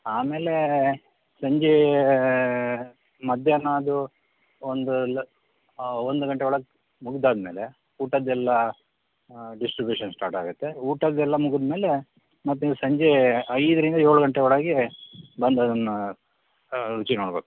ಆಮೇಲೆ ಸಂಜೆ ಮಧ್ಯಾಹ್ನ ಅದು ಒಂದು ಲ ಒಂದು ಗಂಟೆಯೊಳಗೆ ಮುಗ್ದಾದ್ಮೇಲೆ ಊಟದ್ದೆಲ್ಲ ಡಿಸ್ಟ್ರಿಬ್ಯುಶನ್ ಸ್ಟಾರ್ಟ್ ಆಗತ್ತೆ ಊಟದ್ದೆಲ್ಲ ಮುಗಿದಮೇಲೆ ಮತ್ತೆ ನೀವು ಸಂಜೆ ಐದರಿಂದ ಏಳು ಗಂಟೆಯೊಳಗೆ ಬಂದದನ್ನು ರುಚಿ ನೋಡಬೇಕು